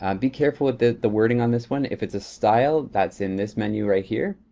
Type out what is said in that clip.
um be careful with the the wording on this one. if it's a style that's in this menu right here,